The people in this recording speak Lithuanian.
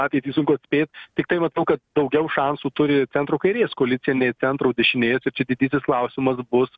ateitį sunku atspėt tiktai matau kad daugiau šansų turi centro kairės koalicija nei centro dešinės ir čia didysis klausimas bus